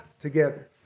together